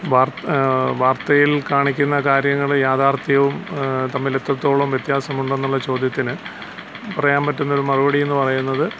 വാർ വാർത്തയിൽ കാണിക്കുന്ന കാര്യങ്ങള് യാഥാർത്ഥ്യവും തമ്മിൽ എത്രത്തോളം വ്യത്യാസമുണ്ടെന്നുള്ള ചോദ്യത്തിന് പറയാൻ പറ്റുന്ന ഒരു മറുപടി എന്ന് പറയുന്നത്